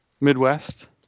Midwest